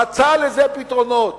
מצאה לזה פתרונות.